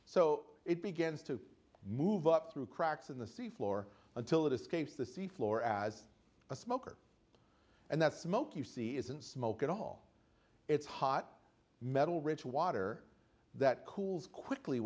so it begins to move up through cracks in the sea floor until it escapes the sea floor as a smoker and that smoke you see isn't smoke at all it's hot metal rich water that cools quickly